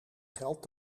geld